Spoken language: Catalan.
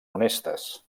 honestes